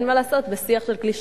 אין מה לעשות, זה שיח של קלישאות.